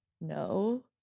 no